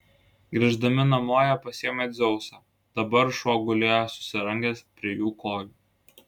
grįždami namo jie pasiėmė dzeusą dabar šuo gulėjo susirangęs prie jų kojų